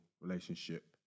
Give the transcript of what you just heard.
relationship